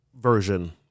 version